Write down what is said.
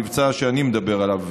המבצע שאני מדבר עליו,